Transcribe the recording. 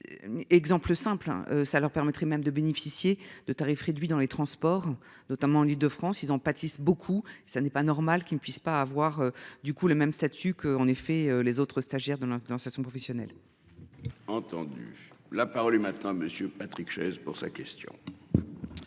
Exemple simple hein, ça leur permettrait même de bénéficier de tarifs réduits dans les transports, notamment l'Île-de-France, ils en pâtissent beaucoup ça n'est pas normal qu'il ne puisse pas avoir du coup le même statut que en effet les autres stagiaires de l'sa son professionnel. Entendu. La parole est maintenant monsieur Patrick Chaize pour sa question.